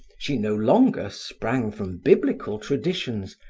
she no longer sprang from biblical traditions,